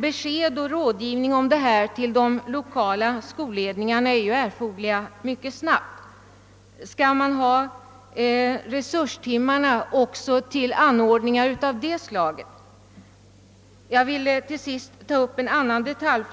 Besked och rådgivning till de lokala skolledningarna måste lämnas mycket snart. Man måste få veta, Om resurstimmarna skall användas ock Så till anordningar av det slaget. Jag vill till sist ta upp en annan detalj,